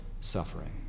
suffering